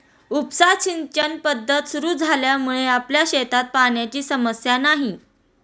उपसा सिंचन पद्धत सुरु झाल्यामुळे आपल्या शेतात पाण्याची समस्या नाही